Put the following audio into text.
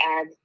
add